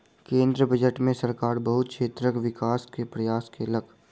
केंद्रीय बजट में सरकार बहुत क्षेत्रक विकास के प्रयास केलक